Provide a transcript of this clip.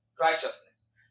righteousness